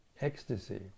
ecstasy